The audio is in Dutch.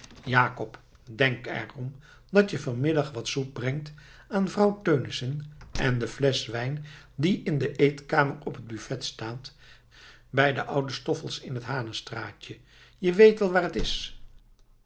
jacob denk er om dat je van middag wat soep brengt aan vrouw teunissen en de flesch wijn die in de eetkamer op het buffet staat bij den ouden stoffels in het hanenstraatje je weet wel waar het is